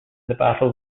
battle